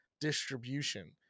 distribution